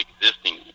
existing